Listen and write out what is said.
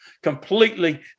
completely